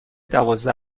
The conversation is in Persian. دوازده